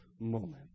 moment